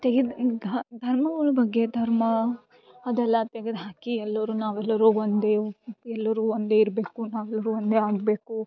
ತೆಗೆದ್ ಇಂತಹ ಧರ್ಮಗಳ್ ಬಗ್ಗೆ ಧರ್ಮ ಅದೆಲ್ಲ ತೆಗ್ದು ಹಾಕಿ ಎಲ್ಲರು ನಾವೆಲ್ಲರು ಒಂದೇ ರೀತಿ ಎಲ್ಲರು ಒಂದೇ ಇರಬೇಕು ನಾವೆಲ್ಲರು ಒಂದೇ ಆಗಬೇಕು